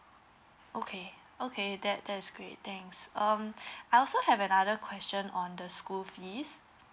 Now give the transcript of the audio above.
okay okay that that's great thanks um I also have another question on the school fees